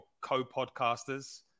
co-podcasters